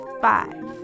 five